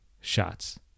shots